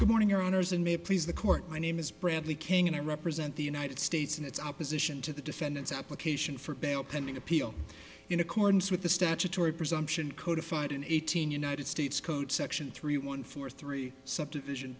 good morning your honors in may please the court my name is bradley king and i represent the united states in its opposition to the defendant's application for bail pending appeal in accordance with the statutory presumption codify it in eighteen united states code section three one four three subdivision